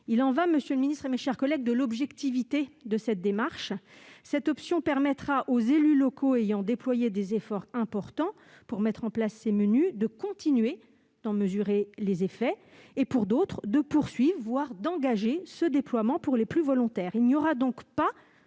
Il y va, monsieur le ministre, mes chers collègues, de l'objectivité de cette démarche. Cette option permettra aux élus locaux ayant déployé des efforts importants pour mettre en place ces menus de continuer d'en mesurer les effets. Pour d'autres, elle permettra de poursuivre, voire, pour les plus volontaires,